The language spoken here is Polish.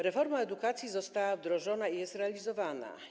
Reforma edukacji została wdrożona i jest realizowana.